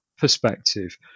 perspective